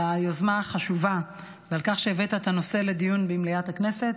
על היוזמה החשובה ועל כך שהבאת את הנושא לדיון במליאת הכנסת,